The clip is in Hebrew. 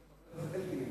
גם חבר הכנסת אלקין נמצא.